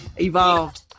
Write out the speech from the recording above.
evolved